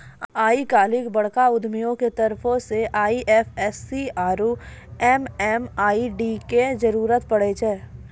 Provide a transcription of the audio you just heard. आइ काल्हि बड़का उद्यमियो के तरफो से आई.एफ.एस.सी आरु एम.एम.आई.डी के जरुरत पड़ै छै